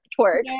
twerk